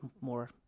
more